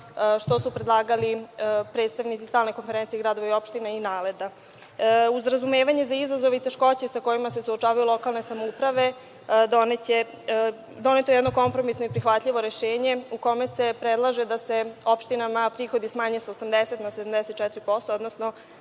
što su predlagali predstavnici stalne konferencije gradova i opštine i NALED-a. Uz razumevanje za izazove i teškoće sa kojima se suočavaju lokalne samouprave doneto je jedno kompromisno i prihvatljivo rešenje u kome se predlaže da se opštinama prihodi smanje sa 80 na 74%, odnosno